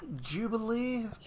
Jubilee